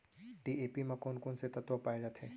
DAP म कोन कोन से तत्व पाए जाथे?